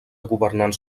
governants